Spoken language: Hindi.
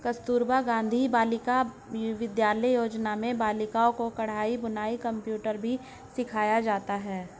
कस्तूरबा गाँधी बालिका विद्यालय योजना में बालिकाओं को कढ़ाई बुनाई कंप्यूटर भी सिखाया जाता है